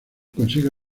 consigue